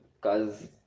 cause